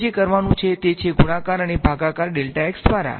હવે જે કરવાનુ છે તે છે ગુણાકાર અને ભાગાકાર દ્વારા